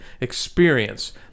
experience